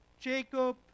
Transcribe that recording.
Jacob